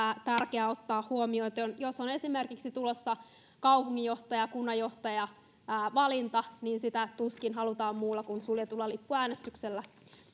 tärkeää ottaa huomioon jos on esimerkiksi tulossa kaupunginjohtaja tai kunnanjohtajavalinta niin sitä tuskin halutaan muulla kuin suljetulla lippuäänestyksellä